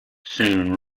soon